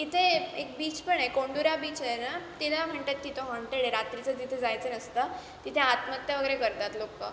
इथे एक बीच पण आहे कोंडूरा बीच आहे ना तिथं म्हणतात की तो हॉंटेड आहे रात्रीचं तिथं जायचं नसतं तिथे आत्महत्त्या वगैरे करतात लोकं